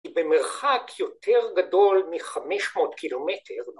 ‫היא במרחק יותר גדול מחמש מאות קילומטר.